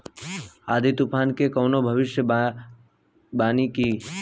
आँधी तूफान के कवनों भविष्य वानी बा की?